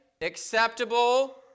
Acceptable